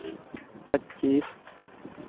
पच्चीस